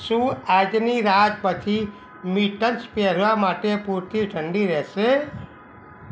શું આજની રાત પછી મિટન્સ પહેરવા માટે પૂરતી ઠંડી રહેશે